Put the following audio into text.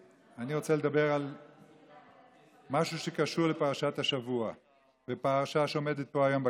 אני רוצה לדבר על משהו שקשור לפרשת השבוע ופרשה שעומדת פה היום בכנסת.